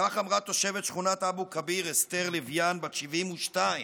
כך אמרה תושבת שכונת אבו כביר אסתר לויאן, בת 72,